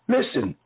Listen